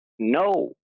No